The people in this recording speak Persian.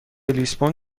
لیسبون